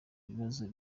ibibazo